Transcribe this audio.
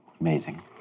Amazing